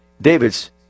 David's